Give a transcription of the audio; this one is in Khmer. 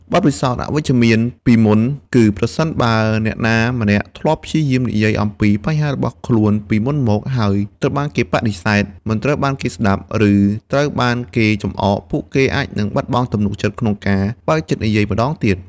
បទពិសោធន៍អវិជ្ជមានពីមុន គឺប្រសិនបើអ្នកណាម្នាក់ធ្លាប់ព្យាយាមនិយាយអំពីបញ្ហារបស់ខ្លួនពីមុនមក ហើយត្រូវបានគេបដិសេធ មិនត្រូវបានគេស្តាប់ ឬត្រូវបានគេចំអក ពួកគេអាចនឹងបាត់បង់ទំនុកចិត្តក្នុងការបើកចិត្តនិយាយម្តងទៀត។